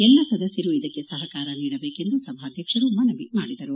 ಎಲ್ಲಾ ಸದಸ್ಕರು ಇದಕ್ಕೆ ಸಹಕಾರ ನೀಡಬೇಕೆಂದು ಸಭಾಧ್ಯಕ್ಷರು ಮನವಿ ಮಾಡಿದರು